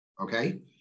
Okay